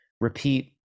repeat